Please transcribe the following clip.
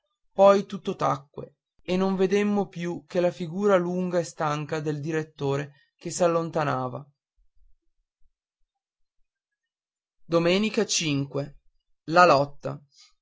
poi tutto tacque e non vedemmo più che la figura lunga e stanca del direttore che s'allontanava la lotta